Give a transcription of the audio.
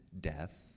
death